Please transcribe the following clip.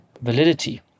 validity